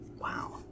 Wow